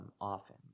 often